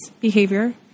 behavior